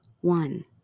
one